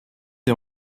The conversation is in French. est